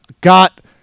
got